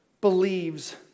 believes